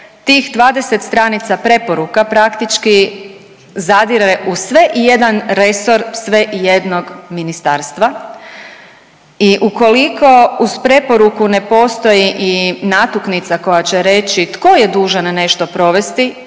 tih 20 stranica preporuka praktički zadire u sve i jedan resor sve ijednog ministarstva i ukoliko uz preporuku ne postoji i natuknica koja će reći tko je dužan nešto provesti